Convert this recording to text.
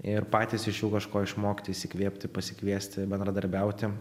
ir patys iš jų kažko išmokti įsikvėpti pasikviesti bendradarbiauti